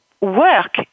work